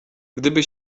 gdyby